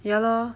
ya lor